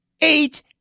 eight